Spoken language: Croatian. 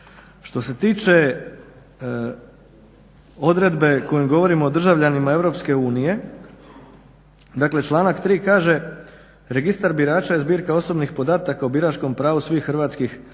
Što se tiče odredbe kojom govorimo o državljanima Europske unije, dakle članak 3. kaže: "Registar birača je zbirka osobnih podataka o biračkom pravu svih birača hrvatskih